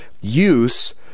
use